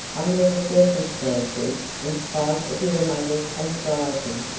under the circumstances, in spite of your mother's anxiety,